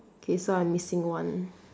okay so I'm missing one